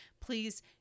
please